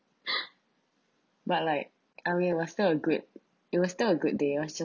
but like I mean it was still a good it was still a good day it was just